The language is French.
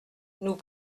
nous